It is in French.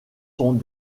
sont